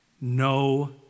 no